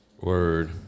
Word